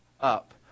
up